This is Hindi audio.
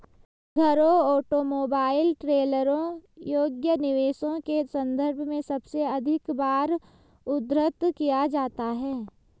घरों, ऑटोमोबाइल, ट्रेलरों योग्य निवेशों के संदर्भ में सबसे अधिक बार उद्धृत किया जाता है